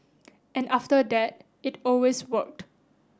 and after that it always worked